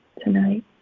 tonight